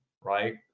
right